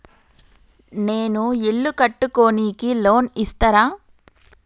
నేను ఇల్లు కట్టుకోనికి లోన్ ఇస్తరా?